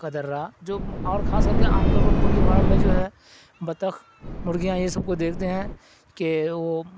قدرہ جو اور خاص کر کے عام طور پر پولٹری فارم میں جو ہے بطخ مرغیاں یہ سب کو دیکھتے ہیں کہ وہ